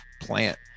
plant